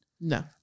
No